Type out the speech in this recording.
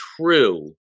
true